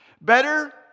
Better